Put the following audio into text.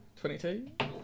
twenty-two